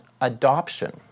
adoption